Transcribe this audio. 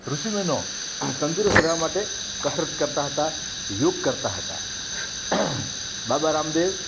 ઋષિ મુનિઓ તંદુરસ્ત રહેવા માટે કસરત કરતા હતા યોગ કરતા હતા બાબા રામદેવ